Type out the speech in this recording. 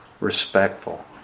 Respectful